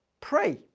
Pray